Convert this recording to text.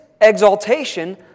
exaltation